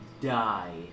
die